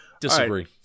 Disagree